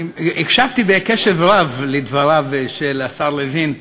הקשבתי בקשב רב לדבריו של השר לוין,